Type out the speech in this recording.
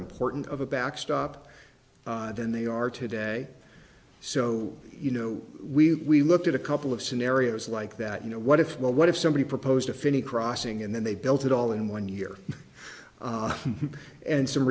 important of a backstop than they are today so you know we looked at a couple of scenarios like that you know what if what if somebody proposed a finny crossing and then they built it all in one year and some